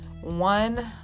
one